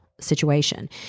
situation